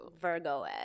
Virgo